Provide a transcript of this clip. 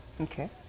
Okay